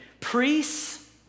priests